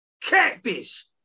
Catfish